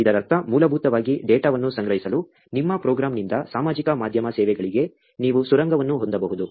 ಇದರರ್ಥ ಮೂಲಭೂತವಾಗಿ ಡೇಟಾವನ್ನು ಸಂಗ್ರಹಿಸಲು ನಿಮ್ಮ ಪ್ರೋಗ್ರಾಂನಿಂದ ಸಾಮಾಜಿಕ ಮಾಧ್ಯಮ ಸೇವೆಗಳಿಗೆ ನೀವು ಸುರಂಗವನ್ನು ಹೊಂದಬಹುದು